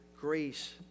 grace